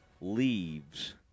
leaves